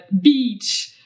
beach